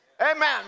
Amen